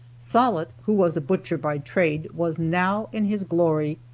sollitt, who was a butcher by trade, was now in his glory.